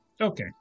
okay